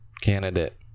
candidate